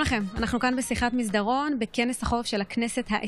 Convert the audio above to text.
אני קובע כי הצעת חוק משפחות חיילים שנספו במערכה